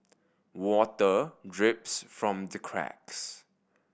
water drips from the cracks